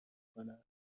کنند